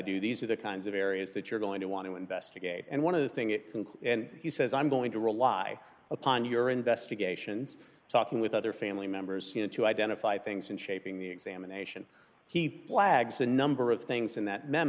do these are the kinds of areas that you're going to want to investigate and one of the thing it can and he says i'm going to rely upon your investigations talking with other family members to identify things and shaping the examination he blags a number of things in that